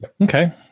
Okay